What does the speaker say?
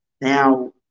Now